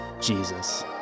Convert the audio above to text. Jesus